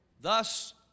Thus